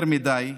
יותר מדי,